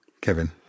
Kevin